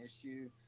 issue